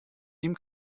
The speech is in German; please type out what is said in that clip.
ihm